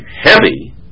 heavy